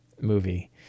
movie